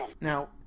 Now